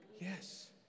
Yes